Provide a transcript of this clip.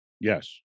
Yes